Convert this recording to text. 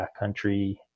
backcountry